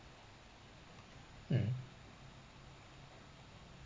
um